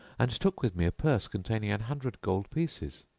and took with me a purse containing an hundred gold pieces.